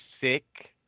sick